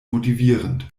motivierend